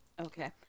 Okay